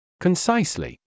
Concisely